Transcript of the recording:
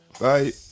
Bye